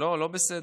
לא, לא בסדר.